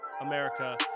America